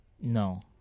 No